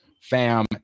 fam